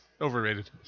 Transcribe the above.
overrated